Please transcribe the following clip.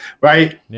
right